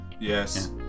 Yes